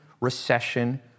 recession